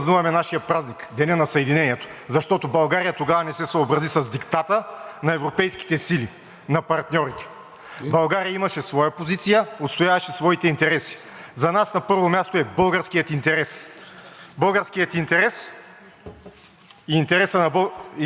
България имаше своя позиция, отстояваше своите интереси. За нас на първо място е българският интерес, българският интерес и животът на българските граждани. Не знам колко от Вас са съпровождали свой приятел или колега в поцинкован ковчег,